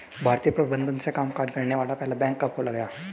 भारतीय प्रबंधन से कामकाज करने वाला पहला बैंक कब खोला गया?